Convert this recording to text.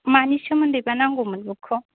मानि सोमोन्दै बा नांगौमोन बुखखौ